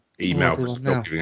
email